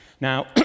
Now